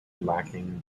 lacking